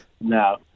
No